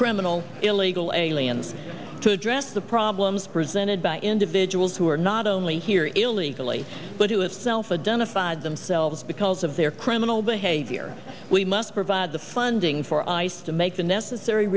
criminal illegal aliens to address the problems presented by individuals who are not only here illegally but do itself a genocide themselves because of their criminal behavior we must provide the funding for ice to make the necessary